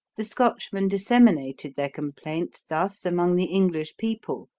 the scotchmen disseminated their complaints thus among the english people,